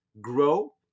grow